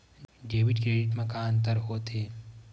Debit credit मा का अंतर होत हे?